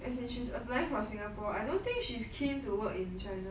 as she's applying for singapore I don't think she is keen to work in china